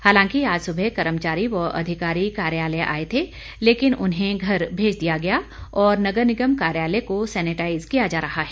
हालांकि आज सुबह कर्मचारी व अधिकारी कार्यालय आए थे लेकिन उन्हें घर भेज दिया गया और नगर निगम कार्यालय को सेनेटाईज किया जा रहा है